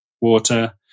water